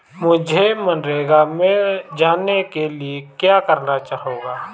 मुझे मनरेगा में जाने के लिए क्या करना होगा?